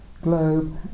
globe